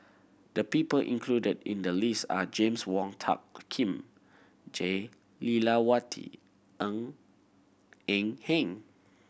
the people included in the list are James Wong Tuck Kim Jah Lelawati Ng Eng Hen